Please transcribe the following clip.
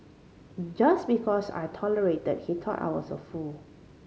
just because I tolerated he thought I was a fool